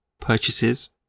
purchases